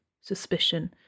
suspicion